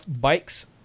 bikes